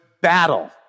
battle